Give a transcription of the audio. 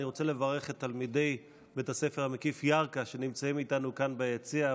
אני רוצה לברך את תלמידי בית הספר המקיף ירכא שנמצאים איתנו כאן ביציע.